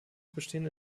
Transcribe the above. bestehen